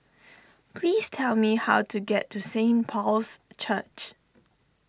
please tell me how to get to Saint Paul's Church